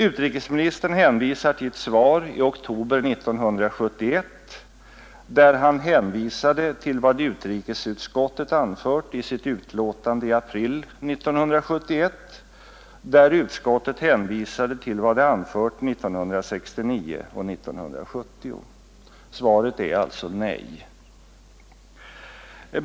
Utrikesministern hänvisar till ett svar i oktober 1971, där han hänvisade till vad utrikesutskottet anfört i sitt utlåtande i april 1971, där utskottet hänvisade till vad det anfört 1969 och 1970. Svaret är alltså nej.